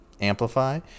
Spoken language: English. amplify